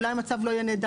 ואולי המצב לא יהיה נהדר,